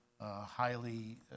highly